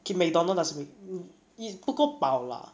okay Mcdonalds doesn't make me i~ 不够饱 lah